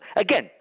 again